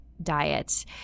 diet